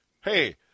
hey